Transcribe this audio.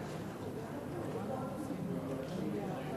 אם כך, חמישה נגד